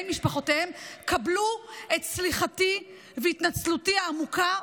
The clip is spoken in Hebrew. משפחותיהם: קבלו את סליחתי והתנצלותי העמוקות.